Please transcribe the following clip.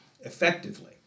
effectively